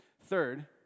Third